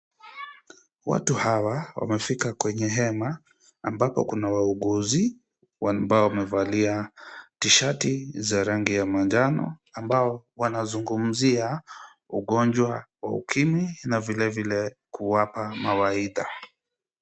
Watu hawa wamefika kwenye hema ambapo kuna wauguzi ambao wamevalia t-shati za rangi ya manjano ambao wanazungumzia ugonjwa wa ukimwi na vilevile kuwapa mawaidha.